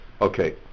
Okay